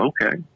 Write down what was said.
okay